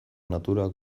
naturak